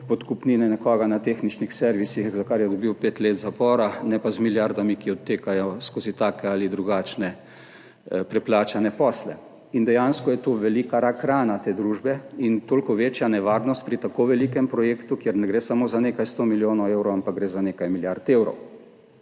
podkupnine nekoga na tehničnih servisih, za kar je dobil pet let zapora, ne pa z milijardami, ki odtekajo skozi take ali drugačne preplačane posle. Dejansko je to velika rak rana te družbe in toliko večja nevarnost pri tako velikem projektu, kjer ne gre samo za nekaj 100 milijonov evrov, ampak gre za nekaj milijard evrov.